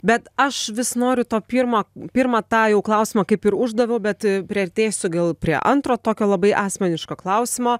bet aš vis noriu to pirmo pirmą ta jau klausimą kaip ir uždaviau bet priartėsiu gal prie antro tokio labai asmeniško klausimo